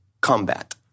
combat